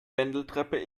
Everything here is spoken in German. wendeltreppe